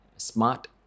Smart